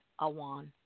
Awan